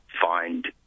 find